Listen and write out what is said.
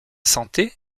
santé